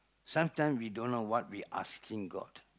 sometimes we don't know what we asking god